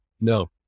No